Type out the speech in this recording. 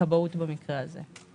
לכבאות במקרה הזה.